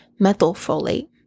methylfolate